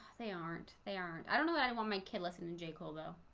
they aren't they aren't i don't know that i won't make kid. listen and jay cool though.